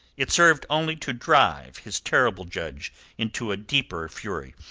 it served only to drive his terrible judge into a deeper fury.